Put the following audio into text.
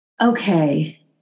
okay